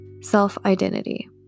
self-identity